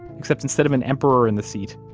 except instead of an emperor in the seat,